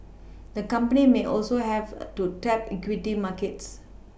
the company may also have to tap equity markets